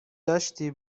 داشتی